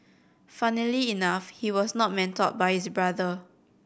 funnily enough he was not mentored by his brother